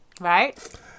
Right